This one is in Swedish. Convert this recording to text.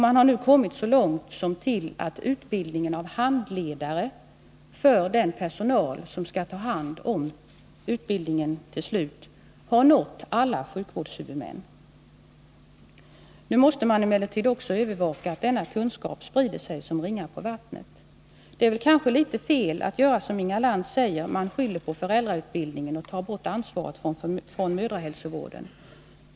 Man har nu kommit så långt att utbildningen av handledare för föräldrautbildning har nått alla sjukvårdshuvudmän. Nu måste man emellertid också övervaka att denna kunskap sprider sig som ringar på vattnet. Det är kanske litet fel att göra vad Inga Lantz här talar om — att man skyller på föräldrautbildningen och avlastar ansvaret från mödrahälsovården.